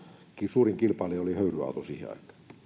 suurin kilpailija oli höyryauto siihen aikaan